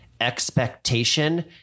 expectation